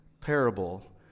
parable